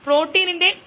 practice പ്രശ്നം 2